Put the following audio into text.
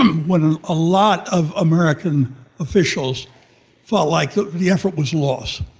when a lot of american officials felt like the effort was lost.